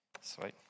Sweet